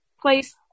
place